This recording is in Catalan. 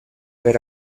per